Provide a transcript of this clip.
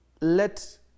let